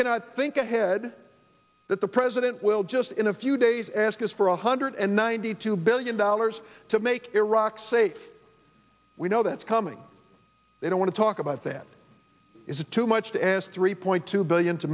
cannot think ahead that the president will just in a few days ask us for one hundred and ninety two billion dollars to make iraq safe we know that's coming they don't want to talk about that is it too much to ask three point two billion to